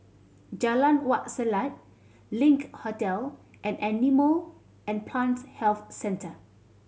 Jalan Wak Selat Link Hotel and Animal and Plant Health Centre